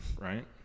right